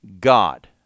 God